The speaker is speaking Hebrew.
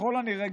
ככל הנראה,